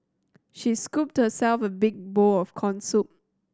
she scooped herself a big bowl of corn soup